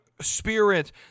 spirit